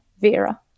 Vera